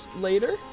later